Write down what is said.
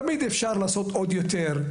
תמיד אפשר לעשות עוד יותר.